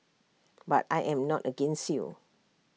but I am not against you